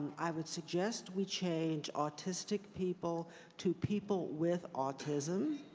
i would suggest we change autistic people to people with autism.